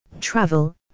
travel